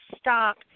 stop